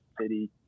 city